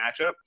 matchup